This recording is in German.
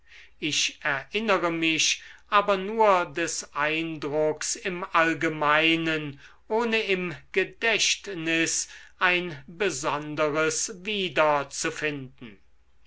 ich erinnere mich aber nur des eindrucks im allgemeinen ohne im gedächtnis ein besonderes